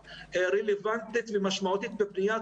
לא יכולה להיות רלוונטית ומשמעותית בבניית